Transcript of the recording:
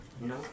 No